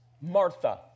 Martha